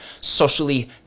socially